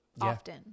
often